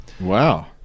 Wow